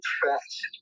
fast